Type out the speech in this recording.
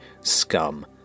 scum